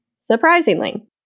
surprisingly